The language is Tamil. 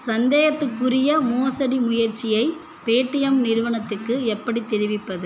சந்தேகத்துக்குரிய மோசடி முயற்சியை பேடிஎம் நிறுவனத்துக்கு எப்படித் தெரிவிப்பது